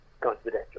Confidential